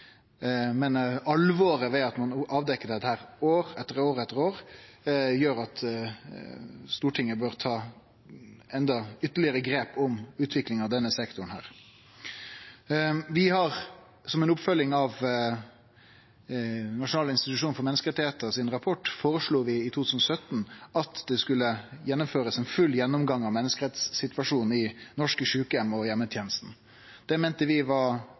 men alvoret i at ein avdekkjer dette år etter år etter år, gjer at Stortinget bør ta ytterlegare grep om utviklinga i denne sektoren. Som ei oppfølging av rapporten frå Noregs nasjonale institusjon for menneskerettar føreslo vi i 2017 at det skulle gjennomførast ein full gjennomgang av menneskerettssituasjonen i norske sjukeheimar og i heimetenesta. Det meinte vi var